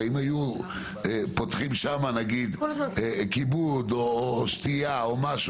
הרי אם היו פותחים שם כיבוד או שתייה או משהו